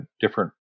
different